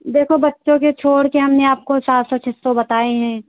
देखो बच्चों के छोड़ के हमने आपको सात सौ छः सौ बताएं हैं